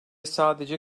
sadece